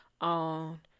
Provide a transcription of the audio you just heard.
on